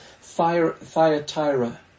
Thyatira